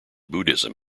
buddhism